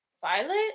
Violet